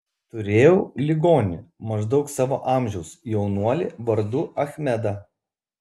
turėjau ligonį maždaug savo amžiaus jaunuolį vardu achmedą